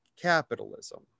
capitalism